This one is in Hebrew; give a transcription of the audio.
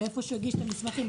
מאיפה שהוא הגיש את המסמכים,